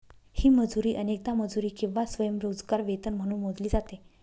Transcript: ही मजुरी अनेकदा मजुरी किंवा स्वयंरोजगार वेतन म्हणून मोजली जाते